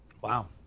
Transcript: Wow